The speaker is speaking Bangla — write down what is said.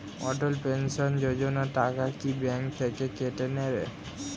অটল পেনশন যোজনা টাকা কি ব্যাংক থেকে কেটে নেবে?